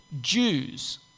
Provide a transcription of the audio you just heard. Jews